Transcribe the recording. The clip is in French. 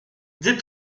dit